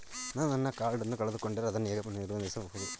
ನಾನು ನನ್ನ ಕಾರ್ಡ್ ಅನ್ನು ಕಳೆದುಕೊಂಡರೆ ಅದನ್ನು ಹೇಗೆ ನಿರ್ಬಂಧಿಸಬಹುದು?